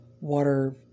water